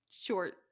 short